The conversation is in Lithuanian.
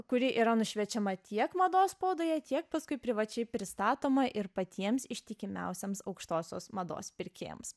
kuri yra nušviečiama tiek mados spaudoje tiek paskui privačiai pristatoma ir patiems ištikimiausiems aukštosios mados pirkėjams